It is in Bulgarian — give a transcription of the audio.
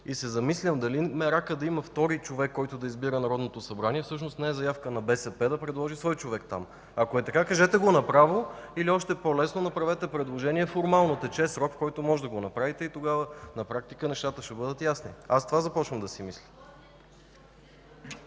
и се замислям дали меракът да има втори човек, който Народното събрание да избира, всъщност не е заявка на БСП да предложи свой човек там? Ако е така, кажете го направо, или още по-лесно – направете предложение, формално тече срок, в който можете да го направите. Тогава нещата ще бъдат ясни. Аз това започвам да си мисля.